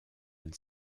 and